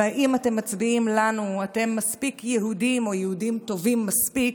ואם אתם מצביעים לנו אתם מספיק יהודים או יהודים טובים מספיק,